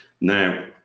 Now